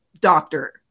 doctor